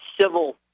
civil